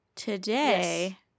today